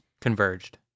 converged